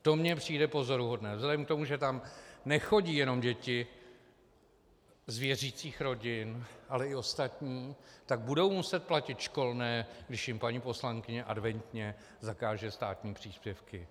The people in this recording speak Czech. To mně přijde pozoruhodné vzhledem k tomu, že tam nechodí jenom děti z věřících rodin, ale i ostatní, tak budou muset platit školné, když jim paní poslankyně adventně zakáže státní příspěvky.